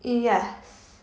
yes